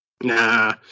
Nah